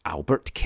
Albert